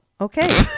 okay